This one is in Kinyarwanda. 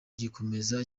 gikomeza